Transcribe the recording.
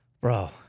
Bro